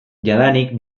jadanik